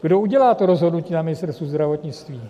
Kdo udělá to rozhodnutí na Ministerstvu zdravotnictví?